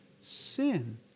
sin